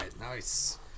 Nice